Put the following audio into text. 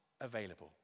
available